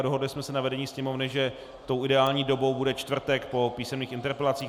Dohodli jsme se na vedení Sněmovny, že tou ideální dobou bude čtvrtek po písemných interpelacích.